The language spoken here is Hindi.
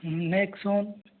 नेक्सॉन